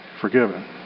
forgiven